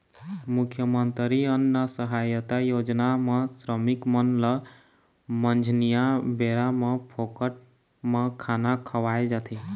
मुख्यमंतरी अन्न सहायता योजना म श्रमिक मन ल मंझनिया बेरा म फोकट म खाना खवाए जाथे